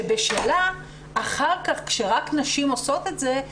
שבשלה אחר כך כשרק נשים עושות את זה,